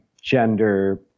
gender